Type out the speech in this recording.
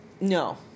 No